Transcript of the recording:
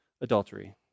adultery